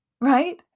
Right